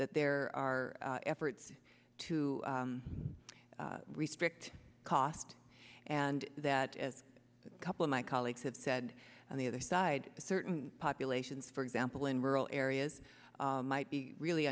that there are efforts to restrict cost and that as a couple of my colleagues have said on the other side certain populations for example in rural areas might be really